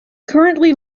currently